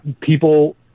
people